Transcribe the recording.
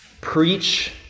preach